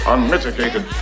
Unmitigated